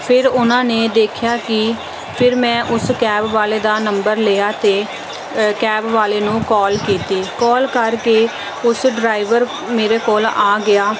ਫਿਰ ਉਹਨਾਂ ਨੇ ਦੇਖਿਆ ਕਿ ਫਿਰ ਮੈਂ ਉਸ ਕੈਬ ਵਾਲੇ ਦਾ ਨੰਬਰ ਲਿਆ ਅਤੇ ਕੈਬ ਵਾਲੇ ਨੂੰ ਕਾਲ ਕੀਤੀ ਕਾਲ ਕਰਕੇ ਉਸ ਡਰਾਈਵਰ ਮੇਰੇ ਕੋਲ ਆ ਗਿਆ